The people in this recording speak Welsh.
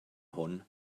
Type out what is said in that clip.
hwn